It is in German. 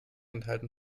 enthalten